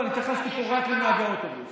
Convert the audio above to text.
אני התייחסתי פה רק לנהגי האוטובוס,